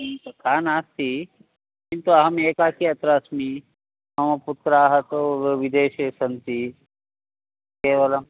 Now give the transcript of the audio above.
तथा नास्ति किन्तु अहम् एकाकी अत्र अस्मि मम पुत्राः तु व् विदेशे सन्ति केवलं